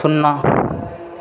शुन्ना